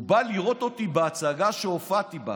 הוא בא לראות אותי בהצגה שהופעתי בה.